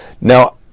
Now